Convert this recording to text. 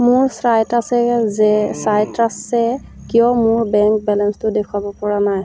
মোৰ চাইটাছেয়ে যে চাইট্ৰাছে কিয় মোৰ বেংক বেলেঞ্চটো দেখুৱাব পৰা নাই